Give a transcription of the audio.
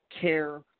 care